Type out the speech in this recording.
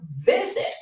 visit